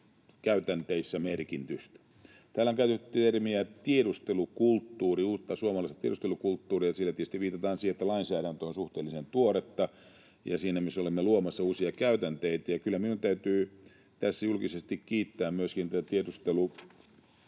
käytänteissä merkitystä. Täällä on käytetty termiä ”tiedustelukulttuuri” — on uutta suomalaista tiedustelukulttuuria. Sillä tietysti viitataan siihen, että lainsäädäntö on suhteellisen tuoretta, ja siinä mielessä olemme luomassa uusia käytänteitä. Kyllä minun täytyy tässä julkisesti kiittää myöskin tiedusteluvalvontavaliokuntaa,